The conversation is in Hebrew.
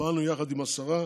שפעלנו יחד עם השרה.